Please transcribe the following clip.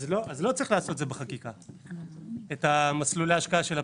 אז לא צריך לעשות בחקיקה את מסלולי ההשקעה של הפנסיה.